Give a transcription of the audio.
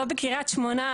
לא בקרית שמונה,